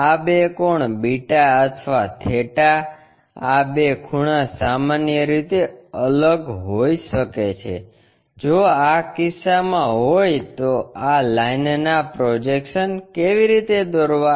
આ બે કોણ બીટા અથવા થેટા આ બે ખૂણા સામાન્ય રીતે અલગ હોઈ શકે જો આ કિસ્સામાં હોય તો આ લાઇનના પ્રોજેક્શન્સ કેવી રીતે દોરવા